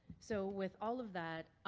so with all of that,